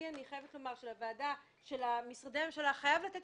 אני חייבת לומר שהייעוץ המשפטי של משרדי הממשלה חייב לתת